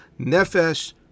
Nefesh